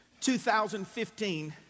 2015